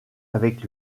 avec